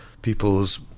people's